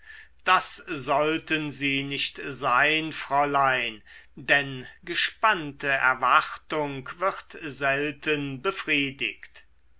das sollten sie nicht sein fräulein denn gespannte erwartung wird selten befriedigt